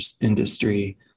industry